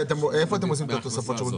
איפה אתם נותנים את תוספות השירות,